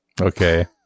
okay